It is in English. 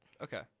Okay